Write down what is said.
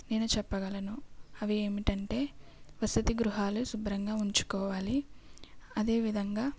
నేను చెప్పగలను అవి ఏమిటంటే వసతి గృహాలు శుభ్రంగా ఉంచుకోవాలి అదే విధంగా